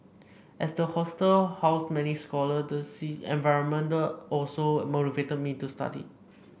as the hostel housed many scholar the see environment also motivated me to study